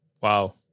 Wow